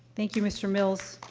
thank you, mr. mills.